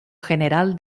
general